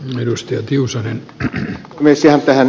ihan tähän sen perään mitä ed